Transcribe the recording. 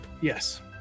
Yes